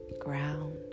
ground